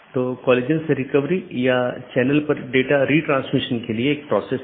तो autonomous system या तो मल्टी होम AS या पारगमन AS हो सकता है